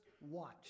watch